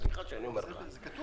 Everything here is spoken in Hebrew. וסליחה שאני אומר לך את זה.